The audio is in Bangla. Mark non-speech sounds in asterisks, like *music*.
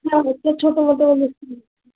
না গো *unintelligible* ছোটোখাটো অনুষ্ঠান হচ্ছে